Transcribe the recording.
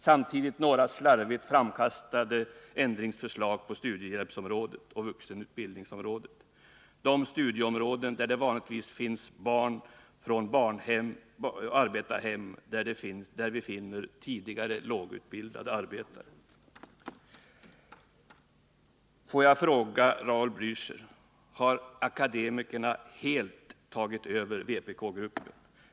Samtidigt har man några slarvigt framkastade ändringsförslag på studiehjälpsområdet och vuxenutbildningsområdet, de studieområden där det vanligtvis finns barn från arbetarhem och tidigare lågutbildade arbetare. Får jag fråga Raul Bläöcher: Har akademikerna helt tagit över vpkgruppen?